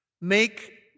make